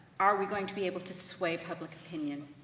are we going to be able to sway public opinion?